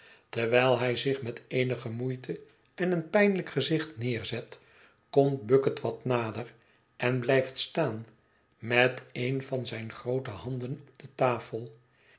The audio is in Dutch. terwijl hij zich met eenige moeite en een pijnlijk gezicht neerzet komt bucket wat nader en blijft staan met een van zijne groote handen op de tafel